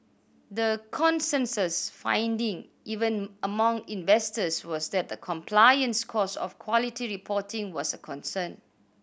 the consensus finding even among investors was that the compliance cost of quality reporting was a concern